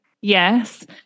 Yes